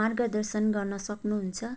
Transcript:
मार्गदर्शन गर्न सक्नुहुन्छ